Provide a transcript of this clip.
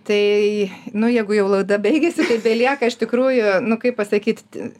tai nu jeigu jau laida baigėsi tai belieka iš tikrųjų nu kaip pasakyt